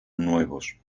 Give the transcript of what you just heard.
nuevos